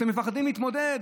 אתם מפחדים להתמודד?